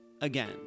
again